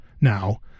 now